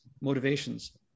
motivations